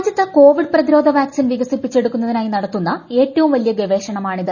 രാജ്യത്ത് കോവിഡ് പ്രതിരോധ വാക്സിൻ വികസിപ്പിച്ചെടുക്കുന്നതിനായി നടത്തുന്ന ഏറ്റവും വലിയ ഗവേഷണമാണിത്